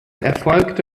erfolgte